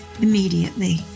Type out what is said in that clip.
immediately